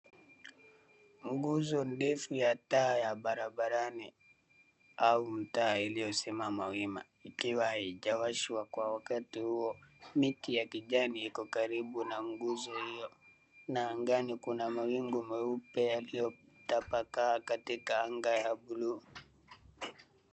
Nguzo ndefu ya taa ya barabarani au mtaa iliyosimama wima, ikiwa haijaoshwa kwa wakati huo. Miti ya kijani iko karibu na nguzo hio, na angani kuna mawingu meupe yaliyotapakaa katika anga ya buluu.